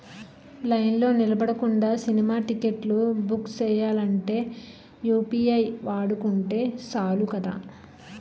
లైన్లో నిలబడకుండా సినిమా టిక్కెట్లు బుక్ సెయ్యాలంటే యూ.పి.ఐ వాడుకుంటే సాలు కదా